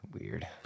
Weird